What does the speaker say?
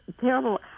terrible